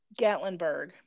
Gatlinburg